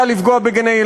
מטרה לפגוע בגני-ילדים,